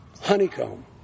Honeycomb